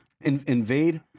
Invade